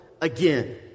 again